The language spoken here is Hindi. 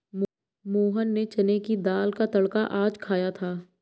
मोहन ने चने की दाल का तड़का आज खाया था